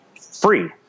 free